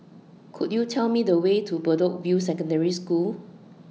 Could YOU Tell Me The Way to Bedok View Secondary School